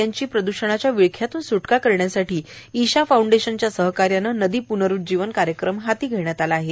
राज्यातील नद्यांची प्रद्षणाच्या विळख्यातून सूटका करण्यासाठी ईशा फाऊंडेशनच्या सहकार्याने नदी प्नरुज्जीवन कार्यक्रम हाती घेण्यात आला आहे